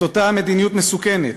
את אותה מדיניות מסוכנת,